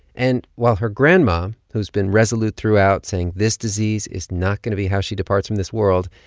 and while her grandma, who's been resolute throughout, saying this disease is not going to be how she departs from this world,